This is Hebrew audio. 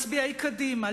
מצביעי קדימה,